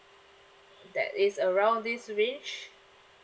that is around this range